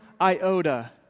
iota